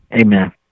amen